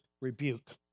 rebuke